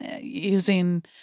using